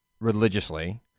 religiously